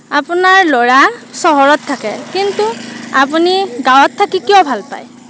আপোনাৰ ল'ৰা চহৰত থাকে কিন্তু আপুনি গাঁৱত থাকি কিয় ভাল পায়